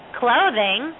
clothing